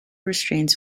restraints